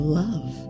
love